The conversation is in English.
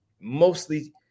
mostly –